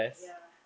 ya